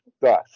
thus